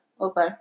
Okay